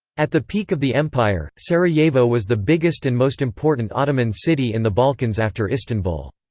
at the peak of the empire, sarajevo was the biggest and most important ottoman city in the balkans after istanbul.